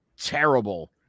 terrible